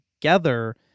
together